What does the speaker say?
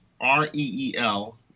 R-E-E-L